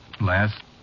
Last